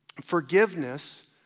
Forgiveness